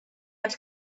ant